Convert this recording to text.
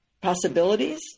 possibilities